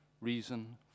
reason